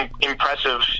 impressive